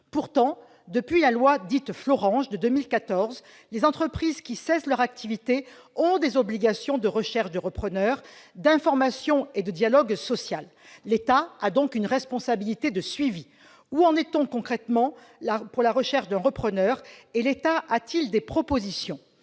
Pourtant, depuis la loi dite « Florange » de 2014, les entreprises qui cessent leur activité ont des obligations de recherche de repreneur, d'information et de dialogue social. L'État a donc une responsabilité de suivi. Où en est-on, concrètement, dans la recherche d'un repreneur ? L'État a-t-il des propositions ?